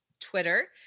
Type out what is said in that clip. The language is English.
twitter